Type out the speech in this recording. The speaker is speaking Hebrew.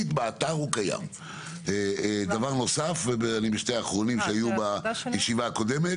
דבר נוסף שהיה בישיבה הקודמת,